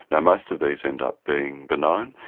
and most of these end up being benign.